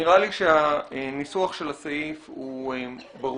נראה לי שהניסוח של הסעיף הוא ברור.